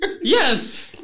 Yes